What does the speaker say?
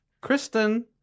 Kristen